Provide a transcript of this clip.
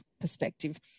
perspective